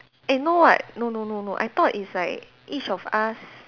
eh no what no no no no I thought is like each of us